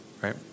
right